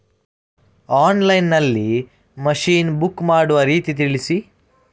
Online ನಲ್ಲಿ machine book ಮಾಡುವ ರೀತಿ ತಿಳಿಸಿ?